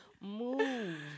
move